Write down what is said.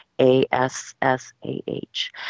A-S-S-A-H